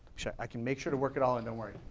shy. i can make sure to work it all in, don't worry.